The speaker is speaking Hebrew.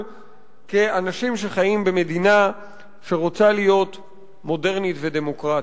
כאנשים שחיים במדינה שרוצה להיות מודרנית ודמוקרטית.